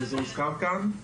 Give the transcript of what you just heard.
וזה הוזכר כאן.